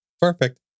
Perfect